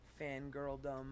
fangirldom